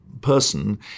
person